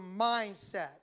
mindset